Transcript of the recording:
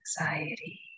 anxiety